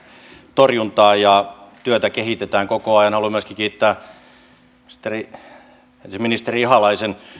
torjuntaa ja työtä kehitetään koko ajan haluan myöskin kiittää ministeri ihalaisen